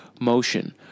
motion